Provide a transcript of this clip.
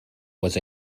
was